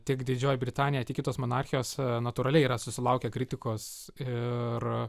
tiek didžioji britanija tiek kitos monarchijos natūraliai yra susilaukę kritikos ir